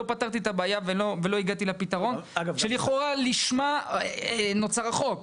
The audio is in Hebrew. לא פתרתי את הבעיה ולא הגעתי לפתרון שלכאורה לשמה נוצר החוק.